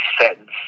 sentence